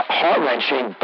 heart-wrenching